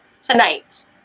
tonight